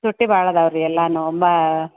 ತುಟ್ಟಿ ಭಾಳ ಅದಾವೆ ರೀ ಎಲ್ಲಾನು ಒಂಬ